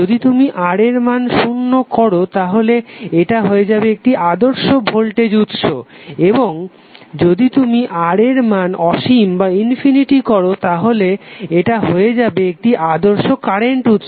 যদি তুমি R এর মান শুন্য করো তাহলে এটা হয়ে যাবে একটি আদর্শ ভোল্টেজ উৎস এবং যদি তুমি R এর মান অসীম করো তাহলে এটা হয়ে যাবে একটি আদর্শ কারেন্ট উৎস